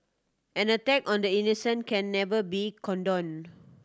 an attack on the innocent can never be condoned